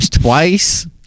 twice